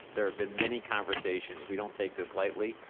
there have been many conversations, we don't take this lightly.